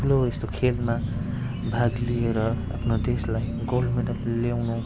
ठुलो यस्तो खेलमा भाग लिएर आफ्नो देशलाई गोल्ड मेडल ल्याउनु